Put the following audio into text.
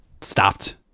stopped